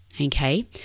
Okay